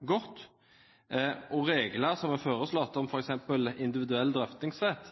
godt. Regler som er foreslått, bl.a. om individuell drøftingsrett,